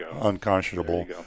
unconscionable